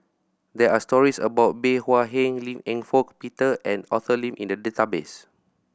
there are stories about Bey Hua Heng Lim Eng Hock Peter and Arthur Lim in the database